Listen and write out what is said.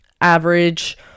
average